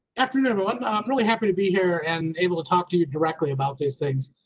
afternoon everyone um really happy to be here and able to talk to you directly about these things.